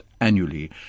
annually